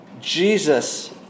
Jesus